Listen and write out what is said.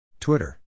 Twitter